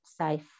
safe